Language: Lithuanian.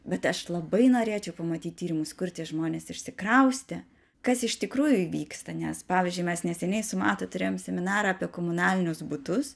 bet aš labai norėčiau pamatyt tyrimus kur tie žmonės išsikraustė kas iš tikrųjų įvyksta nes pavyzdžiui mes neseniai su matu turėjom seminarą apie komunalinius butus